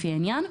לפי העניין,